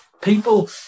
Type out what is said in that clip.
people